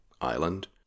island